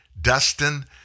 Dustin